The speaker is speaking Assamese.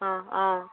অঁ অঁ